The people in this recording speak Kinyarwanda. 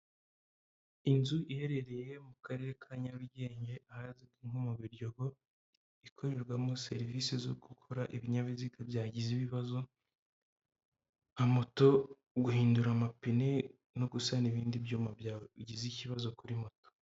Inzu iherereye mu karere ka Nyarugenge ahazwi nko mu Biryogo, ikorerwamo serivisi zo gukora ibinyabiziga byagize ibibazo; nka moto, guhindura amapine no gusana ibindi byuma bigize ikibazo kuri moto.